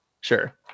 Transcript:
Sure